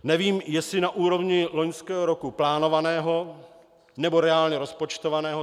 Nevím, jestli na úrovni loňského roku plánovaného, nebo reálně rozpočtovaného.